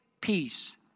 peace